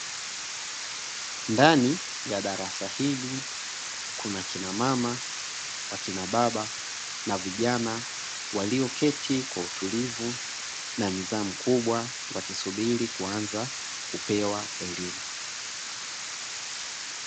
Ndani ya darasa hili kuna kinamama wakinababa na vijana, walioketi kwa utulivu na nidhamu kubwa. Wakisubiri kuanza kupewa elimu.